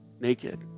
naked